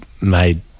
made